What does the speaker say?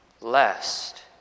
lest